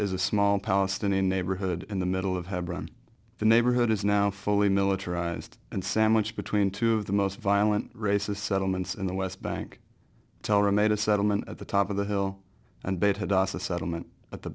is a small palestinian neighborhood in the middle of hebron the neighborhood is now fully militarized and sandwiched between two of the most violent racist settlements in the west bank teller made a settlement at the top of the hill and beit had a settlement at the